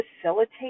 facilitate